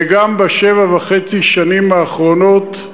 וגם בשבע וחצי השנים האחרונות,